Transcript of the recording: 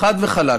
חד וחלק.